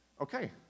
Okay